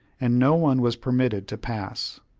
and no one was permitted to pass.